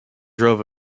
drove